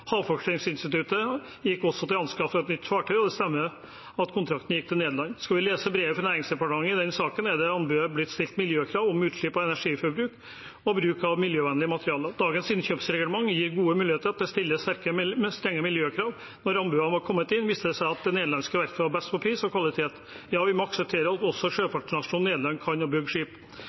Havforskningsinstituttet gikk også til anskaffelse av et nytt fartøy, og det stemmer at kontrakten gikk til Nederland. Leser vi brevet fra Næringsdepartementet i den saken, ser vi at det i anbudet er blitt stilt miljøkrav til utslipp og energiforbruk og til bruk av miljøvennlige materialer. Dagens innkjøpsreglement gir gode muligheter til å stille strenge miljøkrav. Når anbudene var kommet inn, viste det seg at det nederlandske verftet var best på pris og kvalitet. Ja, vi må akseptere at også sjøfartsnasjonen Nederland kan bygge skip.